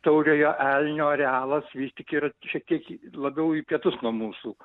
tauriojo elnio arealas vis tik yra šiek tiek labiau į pietus nuo mūsų